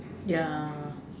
ya